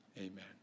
Amen